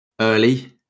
early